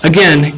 Again